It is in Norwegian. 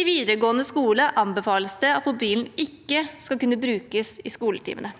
I videregående skole anbefales det at mobilen ikke skal kunne brukes i skoletimene.